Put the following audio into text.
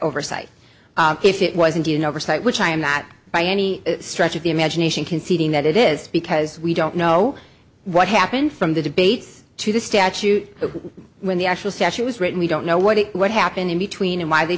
oversight if it wasn't you know oversight which i am not by any stretch of the imagination conceding that it is because we don't know what happened from the debates to the statute when the actual session was written we don't know what it what happened in between and why they